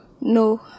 No